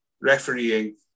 refereeing